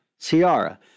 Ciara